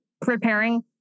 preparing